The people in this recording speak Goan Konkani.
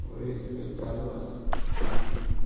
वयर सकल चालू आसा सामकें